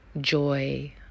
joy